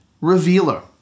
revealer